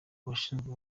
abashinzwe